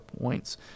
points